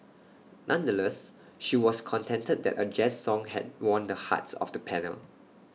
nonetheless she was contented that A jazz song had won the hearts of the panel